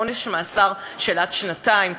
עונש מאסר עד שנתיים?